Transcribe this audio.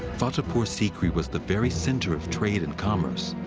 fatehpur sikri was the very center of trade and commerce.